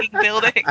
building